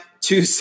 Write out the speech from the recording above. Two